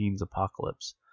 Apocalypse